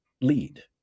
lead